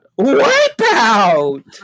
Wipeout